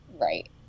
Right